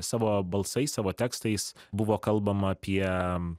savo balsais savo tekstais buvo kalbama apie